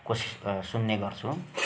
कोसिस सुन्ने गर्छु